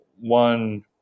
one